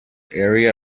area